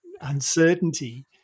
Uncertainty